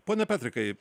pone petrikai